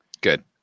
Good